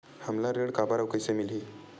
हमला ऋण काबर अउ कइसे मिलही?